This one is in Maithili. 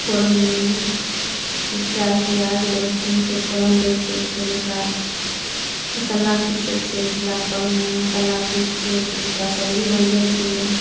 फोरनमे मिरचाइ पियाज लहसुनके फोरन दै छियै फेनु ओकरा मसल्ला पीसै छियै सिल्ला परमे मसल्ला पीसिके फेर ओकरा सब्जी बनबै छियै